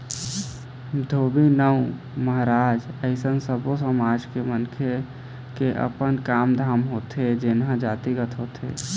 धोबी, नाउ, महराज अइसन सब्बो समाज के मनखे के अपन काम धाम होथे जेनहा जातिगत होथे